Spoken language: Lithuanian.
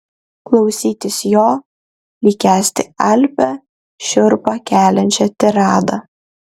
klausytis jo lyg kęsti alpią šiurpą keliančią tiradą